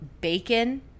bacon